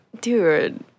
dude